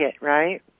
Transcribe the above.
right